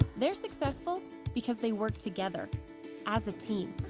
they're successful because they work together as a team.